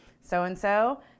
so-and-so